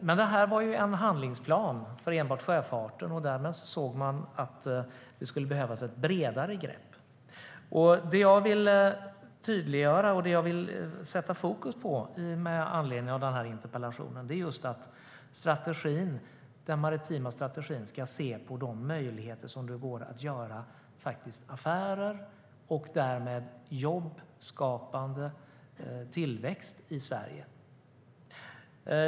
Men det var en handlingsplan för enbart sjöfarten. Därmed såg man att det skulle behövas ett bredare grepp. Med den här interpellationen vill jag tydliggöra och sätta fokus på att den maritima strategin ska se på möjligheter för att göra affärer och därmed jobbskapande tillväxt i Sverige.